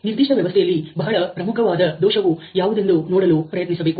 ನಿರ್ದಿಷ್ಟ ವ್ಯವಸ್ಥೆಯಲ್ಲಿ ಬಹಳ ಪ್ರಮುಖವಾದ ದೋಷವು ಯಾವುದೆಂದು ನೋಡಲು ಪ್ರಯತ್ನಿಸಬೇಕು